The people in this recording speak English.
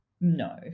No